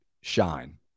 shine